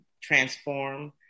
transform